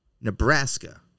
Nebraska